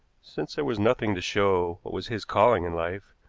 since there was nothing to show what was his calling in life,